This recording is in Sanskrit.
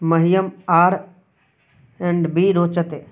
मह्यम् आर् एण्ड् बि रोचते